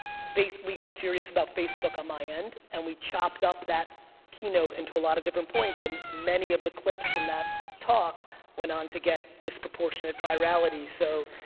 we got serious about facebook on my end and we chopped up that key note into a lot of different points and many of the clips from that talk went on to get disproportionate virality so.